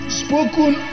spoken